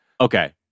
Okay